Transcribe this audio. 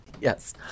Yes